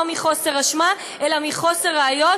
לא מחוסר אשמה אלא מחוסר ראיות,